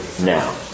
now